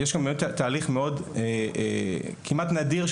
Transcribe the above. יש כאן תהליך כמעט נדיר,